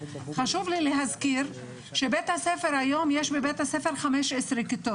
חשוב לי להסביר שכיום יש בבית הספר 15 כיתות,